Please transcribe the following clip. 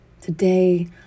Today